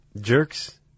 Jerks